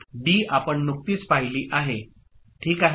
D आपण नुकतीच पाहिली आहे ठीक आहे